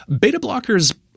beta-blockers